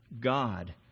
God